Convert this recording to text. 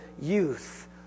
youth